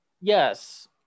yes